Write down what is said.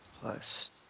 Plus